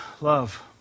love